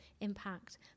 impact